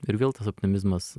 ir vėl tas optimizmas